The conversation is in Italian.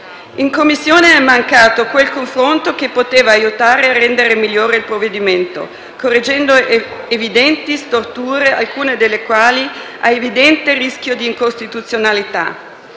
In Commissione è mancato quel confronto che poteva aiutare a rendere migliore il provvedimento, correggendo evidenti storture, alcune delle quali a evidente rischio di incostituzionalità.